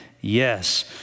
yes